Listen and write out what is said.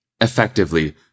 Effectively